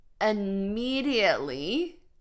immediately